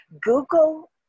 Google